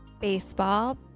Baseball